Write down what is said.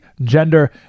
gender